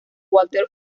walter